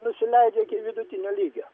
nusileidžia iki vidutinio lygio